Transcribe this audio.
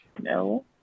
no